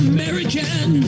American